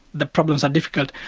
the problems are difficult.